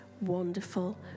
wonderful